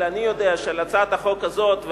אבל אני יודע שעל הצעת החוק הזאת,